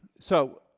so,